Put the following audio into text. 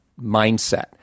mindset